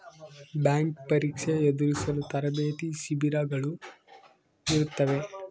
bank ಪರೀಕ್ಷೆ ಎದುರಿಸಲು ತರಬೇತಿ ಶಿಬಿರಗಳು ಇರುತ್ತವೆ